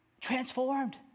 transformed